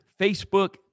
Facebook